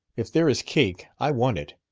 if there is cake, i want it.